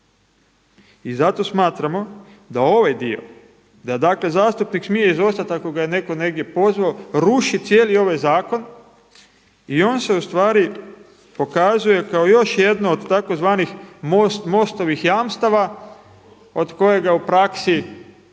I zato smatramo da ovaj dio, da dakle zastupnik smije izostati ako ga je netko negdje pozvao, rušiti cijeli ovaj zakon i on se ustvari pokazuje kao još jedno od tzv. MOST-ovih jamstava od kojega u praksi